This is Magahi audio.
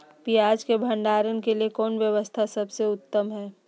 पियाज़ के भंडारण के लिए कौन व्यवस्था सबसे उत्तम है?